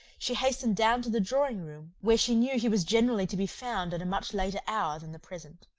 she hastened down to the drawing-room, where she knew he was generally to be found at a much later hour than the present.